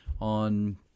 on